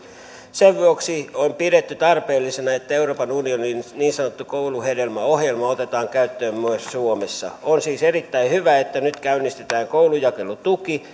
sen vuoksi on pidetty tarpeellisena että euroopan unionin niin sanottu kouluhedelmäohjelma otetaan käyttöön myös suomessa on siis erittäin hyvä että nyt käynnistetään koulujakelutuki